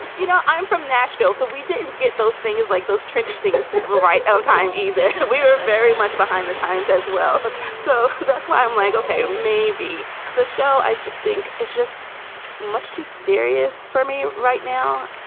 you know, i'm from nashville, so we didn't get those things like those trendy things right on time either. we were very much behind the times as well so that's why i'm like, ok, maybe the show i just think is just much too serious for me right now.